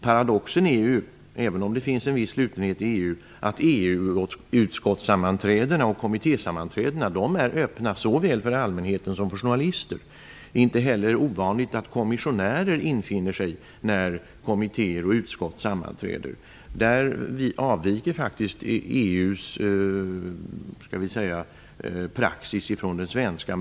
Paradoxen är, även om det finns en viss slutenhet i EU, att EU:s utskotts och kommittésammanträden är öppna såväl för allmänheten som för journalister. Inte heller är det ovanligt att kommissionärer infinner sig när kommittéer och utskott sammanträder. Där avviker faktiskt EU:s praxis ifrån den svenska.